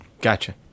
gotcha